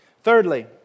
Thirdly